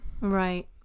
Right